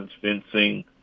fencing